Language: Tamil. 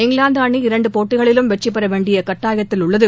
இங்கிலாந்து அணி இரண்டு போட்டிகளிலும் வெற்றிபெற வேண்டிய கட்டாயத்தில் உள்ளது